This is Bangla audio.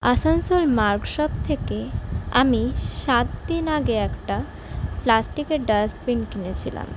আসানসোল মার্গ শপ থেকে আমি সাতদিন আগে একটা প্লাস্টিকের ডাস্টবিন কিনেছিলাম